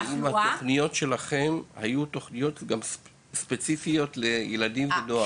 האם התוכניות שלכם היו מותאמות ספציפית לילדים ונוער?